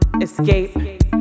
escape